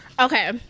Okay